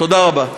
תודה רבה.